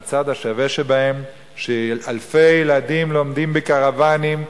והצד השווה שבהן הוא שאלפי ילדים לומדים בקרוונים,